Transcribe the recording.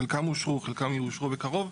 חלקם אושרו וחלקם יאושרו בקרוב,